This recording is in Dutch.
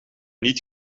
niet